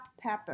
pepper